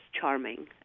charming